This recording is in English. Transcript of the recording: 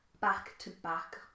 back-to-back